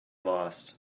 lost